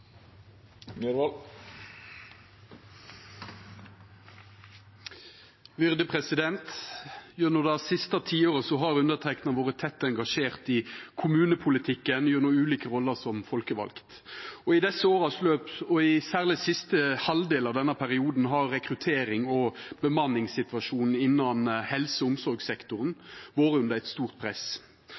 Gjennom det siste tiåret har underteikna vore tett engasjert i kommunepolitikken gjennom ulike roller som folkevald. I desse åras løp, og særleg i siste halvdel av perioden, har rekrutterings- og bemanningssituasjonen innan helse- og omsorgssektoren vore under eit stort press.